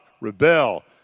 Rebel